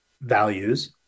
values